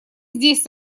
здесь